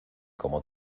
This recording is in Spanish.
como